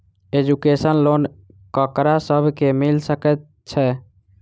Education loan ककरा सब केँ मिल सकैत छै?